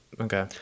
okay